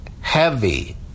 heavy